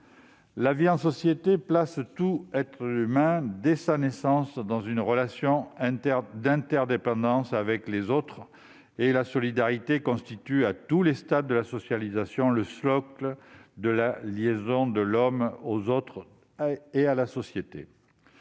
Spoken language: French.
La vie en société place tout être humain, dès sa naissance, dans une relation d'interdépendance avec les autres, et la solidarité constitue, à tous les stades de la socialisation, le socle de la liaison de l'homme aux autres et à la société.